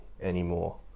anymore